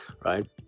right